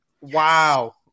wow